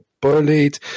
bullied